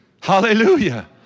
Hallelujah